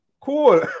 Cool